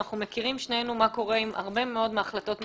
אנחנו מכירים שנינו מה קורה עם הרבה מאוד מהחלטות ממשלה,